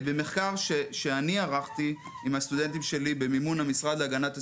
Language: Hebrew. במחקר שערכתי עם הסטודנטים שלי במימון המשרד להגנת הסביבה,